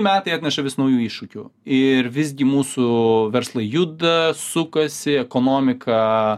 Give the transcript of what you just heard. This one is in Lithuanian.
metai atneša vis naujų iššūkių ir visgi mūsų verslai juda sukasi ekonomika